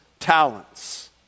talents